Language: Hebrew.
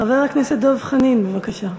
חבר הכנסת דב חנין, בבקשה.